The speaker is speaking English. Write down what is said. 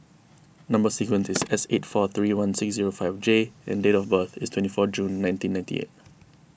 Number Sequence is S eight four three one six zero five J and date of birth is twenty four June nineteen ninety eight